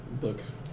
books